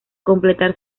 completar